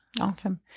Awesome